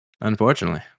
Unfortunately